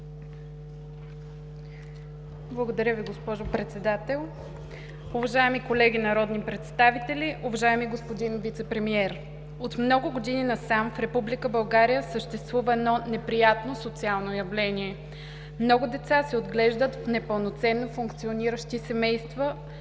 Благодаря Ви, госпожо Председател. Уважаеми колеги народни представители, уважаеми господин Вицепремиер! От много години насам в Република България съществува едно неприятно социално явление. Много деца се отглеждат в непълноценно функциониращи семейства,